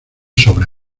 sobre